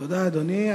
תודה, אדוני.